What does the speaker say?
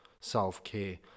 self-care